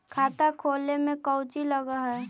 खाता खोले में कौचि लग है?